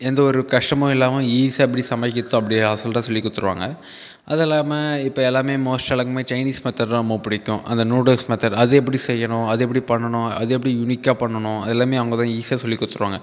எந்தவொரு கஷ்டமும் இல்லாமல் ஈஸியாக எப்படி சமைக்கிறது அப்படி அசால்ட்டாக சொல்லிக் கொடுத்துடுவாங்க அது இல்லாமல் இப்போ எல்லாமே மோஸ்ட் எல்லாமே சைனீஸ் மெத்தட் தான் ரொம்ப பிடிக்கும் அந்த நூடுல்ஸ் மெத்தடு அது எப்படி செய்யணும் அது எப்படி பண்ணணும் அது எப்படி யூனிக்காக பண்ணணும் எல்லாமே அவங்கதான் ஈசியாக சொல்லிக் கொடுத்துடுவாங்க